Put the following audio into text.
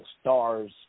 stars